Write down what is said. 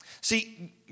See